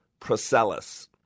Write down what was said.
Procellus